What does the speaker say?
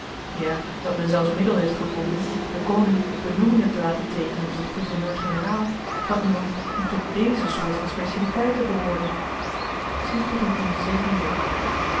ja dat men zelfs middel heeft gevonden den koning benoemingen te laten teekenen tot gouverneur-generaal van iemand die tot deze soort van specialiteiten behoorde